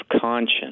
conscience